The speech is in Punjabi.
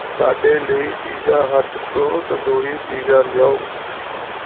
ਸਾਡੇ ਲਈ ਪੀਜ਼ਾ ਹੱਟ ਤੋਂ ਤੰਦੂਰੀ ਪੀਜ਼ਾ ਲਿਆਓ